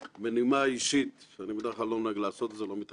עשרות שנים משותפות של עשייה פרלמנטרית.